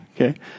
Okay